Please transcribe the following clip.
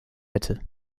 hätte